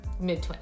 mid-20s